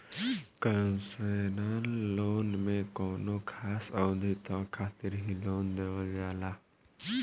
concessional loan में कौनो खास अवधि तक खातिर ही लोन देवल जाला